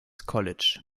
college